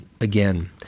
again